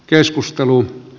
terveysvaliokuntaan